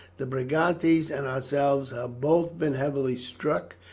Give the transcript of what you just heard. the brigantes and ourselves have both been heavily struck,